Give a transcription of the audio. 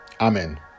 Amen